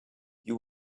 you